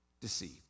deceived